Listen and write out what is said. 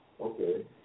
Okay